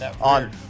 on